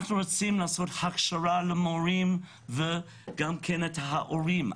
אנחנו רוצים לעשות הכשרה למורים וגם להורים.